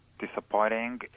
Disappointing